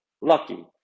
lucky